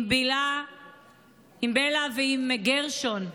עם בלה ועם גרשון,